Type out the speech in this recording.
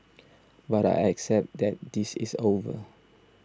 but I accept that this is over